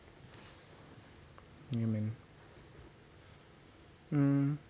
ya man um